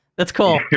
that's cool. you're